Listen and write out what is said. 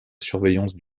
surveillance